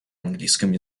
английском